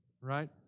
right